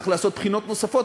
צריך לעשות בחינות נוספות,